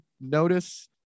notice